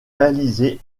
réalisées